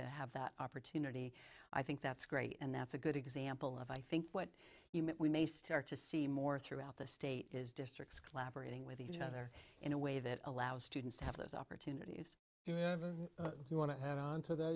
to have that opportunity i think that's great and that's a good example of i think what you meant we may start to see more throughout the state is districts collaborating with each other in a way that allows students to have those opportunities you want to have on to the